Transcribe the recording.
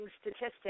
statistics